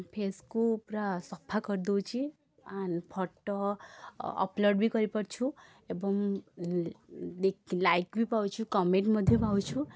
ଫେସ୍କୁ ପୂରା ସଫା କରିଦେଉଛି ଆଣ୍ଡ ଫଟୋ ଅପଲୋଡ଼ ବି କରିପାରୁଛୁ ଏବଂ ଲାଇକ୍ ବି ପାଉଛୁ କମେଣ୍ଟ ମଧ୍ୟ ପାଉଛୁ